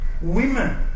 Women